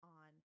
on